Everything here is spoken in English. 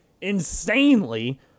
insanely